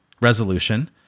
resolution